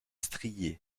striée